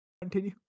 Continue